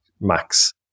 max